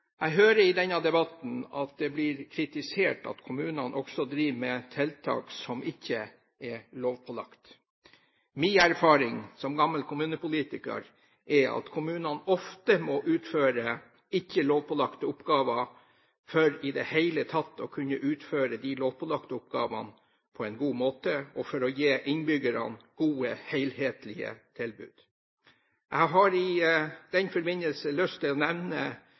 Jeg hører i denne debatten at det blir kritisert at kommunene også driver med tiltak som ikke er lovpålagte. Min erfaring som gammel kommunepolitiker er at kommunene ofte må utføre ikke lovpålagte oppgaver for i det hele tatt å kunne utføre de lovpålagte oppgavene på en god måte, og for å kunne gi innbyggerne gode, helhetlige tilbud. Jeg har i den forbindelse lyst til å nevne